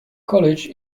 college